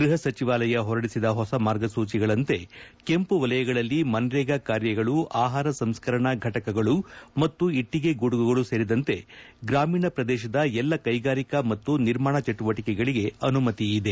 ಗ್ಟಪ ಸಚಿವಾಲಯ ಎಂಎಜ್ಎ ಹೊರಡಿಸಿದ ಹೊಸ ಮಾರ್ಗಸೂಚಿಗಳಂತೆ ಕೆಂಪು ವಲಯಗಳಲ್ಲಿ ಮನ್ರೇಗಾ ಕಾರ್ಯಗಳು ಆಹಾರ ಸಂಸ್ಕರಣಾ ಘಟಕಗಳು ಮತ್ತು ಇಟ್ಲಿಗೆ ಗೂಡುಗಳು ಸೇರಿದಂತೆ ಗ್ರಾಮೀಣ ಪ್ರದೇಶದ ಎಲ್ಲಾ ಕೈಗಾರಿಕಾ ಮತ್ತು ನಿರ್ಮಾಣ ಚಟುವಟಿಕೆಗಳಿಗೆ ಅನುಮತಿ ಇದೆ